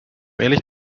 ehrlich